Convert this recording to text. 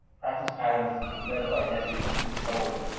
practice patterns, and medical identities moving forward.